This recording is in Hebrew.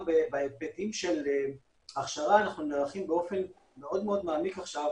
בהיבטים של הכשרה אנחנו נערכים באופן מאוד מאוד מעמיק עכשיו